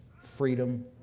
freedom